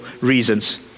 reasons